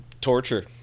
torture